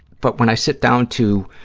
but when i sit down to